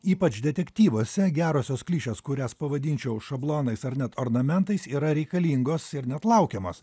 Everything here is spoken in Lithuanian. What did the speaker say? ypač detektyvuose gerosios klišės kurias pavadinčiau šablonais ar net ornamentais yra reikalingos ir net laukiamos